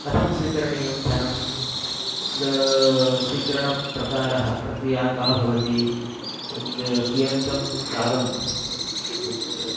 कथं स्वीकरणीयं धनं तत्र स्वीकरणप्रकारः प्रक्रिया का भवति एवञ्च कियन्तं कालं तत्